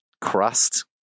crust